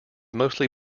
mostly